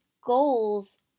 goals